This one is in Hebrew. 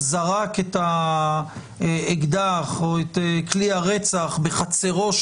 זרק את אקדחו או את כלי הרצח בחצרו,